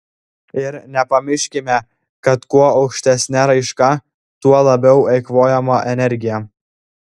ir nepamiškime kad kuo aukštesnė raiška tuo labiau eikvojama energija